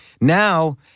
Now